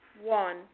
One